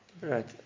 right